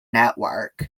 network